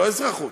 לא אזרחות,